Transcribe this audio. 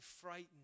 frightened